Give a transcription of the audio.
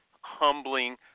humbling